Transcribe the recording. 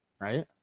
right